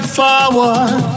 forward